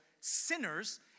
sinners